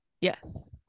Yes